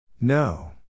No